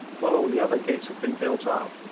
while all the other gates had been built up,